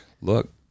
look